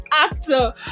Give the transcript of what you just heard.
actor